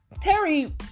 Terry